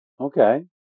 Okay